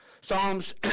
Psalms